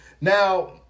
Now